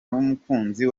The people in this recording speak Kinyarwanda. n’umukunzi